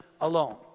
alone